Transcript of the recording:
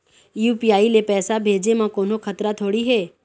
UPI ले पैसे भेजे म कोन्हो खतरा थोड़ी हे?